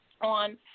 On